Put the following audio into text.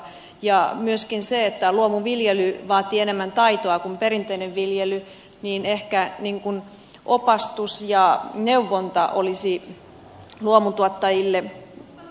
luomuviljely myöskin vaatii enemmän taitoa kuin perinteinen viljely ja ehkä opastus ja neuvonta olisi luomutuottajille tarpeen